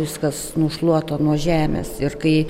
viskas nušluota nuo žemės ir kai